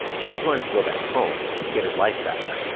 she just wanted to go back home, get her life back.